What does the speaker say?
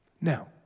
Now